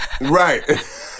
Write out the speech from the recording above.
Right